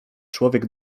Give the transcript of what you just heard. człowiek